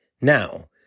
Now